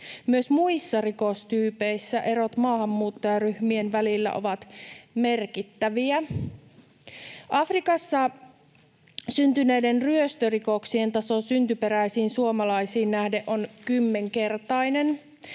Myös muissa rikostyypeissä erot maahanmuuttajaryhmien välillä ovat merkittäviä. Afrikassa syntyneiden ryöstörikoksien taso syntyperäisiin suomalaisiin nähden on kymmenkertainen.